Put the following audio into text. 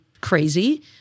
crazy